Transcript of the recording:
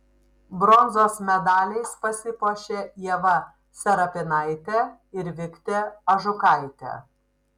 bronzos medaliais pasipuošė ieva serapinaitė ir viktė ažukaitė